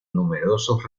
numerosos